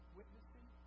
witnessing